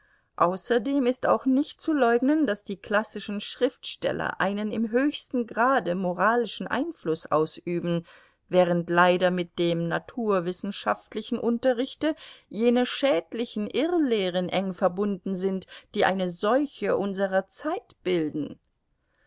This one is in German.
außerdem ist auch nicht zu leugnen daß die klassischen schriftsteller einen im höchsten grade moralischen einfluß ausüben während leider mit dem naturwissenschaftlichen unterrichte jene schädlichen irrlehren eng verbunden sind die eine seuche unserer zeit bilden